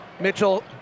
Mitchell